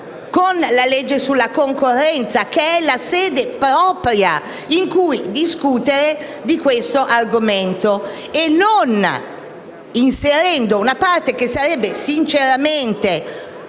la legge sulla concorrenza, che è la sede propria in cui discutere di questo argomento, e non inserendo una parte che sarebbe sinceramente